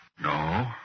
no